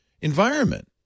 environment